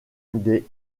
des